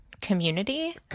community